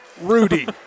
Rudy